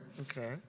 Okay